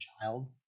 child